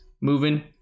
moving